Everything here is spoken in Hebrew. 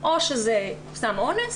או שזה סם אונס,